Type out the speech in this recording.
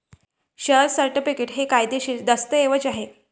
share certificate हे कायदेशीर दस्तऐवज आहे